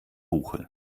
buche